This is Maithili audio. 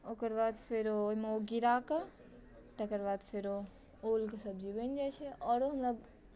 ओकर बाद फेरो ओहिमे ओ गिरा कऽ तकर बाद फेरो ओलके सब्जी बनि जाइत छै आओर ओहिमे